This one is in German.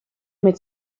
mit